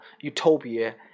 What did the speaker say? utopia